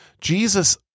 Jesus